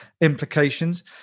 implications